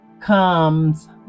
comes